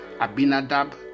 abinadab